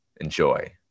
enjoy